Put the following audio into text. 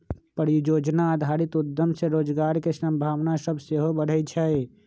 परिजोजना आधारित उद्यम से रोजगार के संभावना सभ सेहो बढ़इ छइ